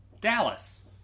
Dallas